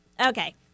Okay